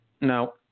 No